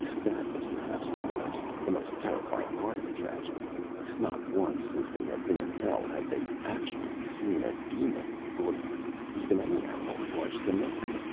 that was perhaps the worst, the most terrifying part of the tragedy not once, since they had been in hell, had they actually seen a demon or even any animal as large as a man.